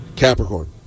Capricorn